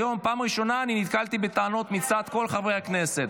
היום בפעם הראשונה אני נתקלתי בטענות מצד כל חברי הכנסת.